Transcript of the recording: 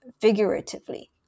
figuratively